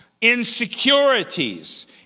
insecurities